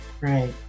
Right